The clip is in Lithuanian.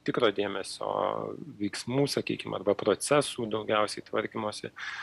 tikro dėmesio veiksmų sakykim arba procesų daugiausiai tvarkymosi